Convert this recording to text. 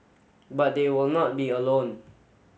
but they will not be alone